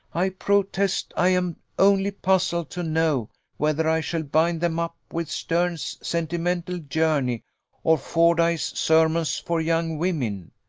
i protest i am only puzzled to know whether i shall bind them up with sterne's sentimental journey or fordyce's sermons for young women.